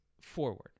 forward